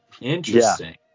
Interesting